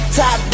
top